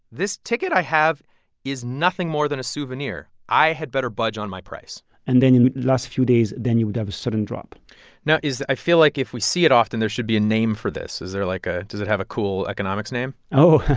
this ticket i have is nothing more than a souvenir. i had better budge on my price and then in last few days, then you would have a sudden drop now, i feel like if we see it often, there should be a name for this. is there like a does it have a cool economics name? oh.